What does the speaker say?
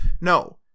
No